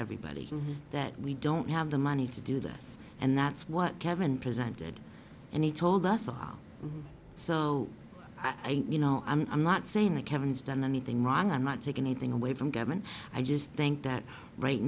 everybody that we don't have the money to do this and that's what kevin presented and he told us all so i think you know i'm not saying that kevin's done anything wrong i'm not taking anything away from government i just think that right